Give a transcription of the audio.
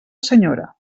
senyora